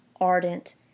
ardent